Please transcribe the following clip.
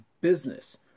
business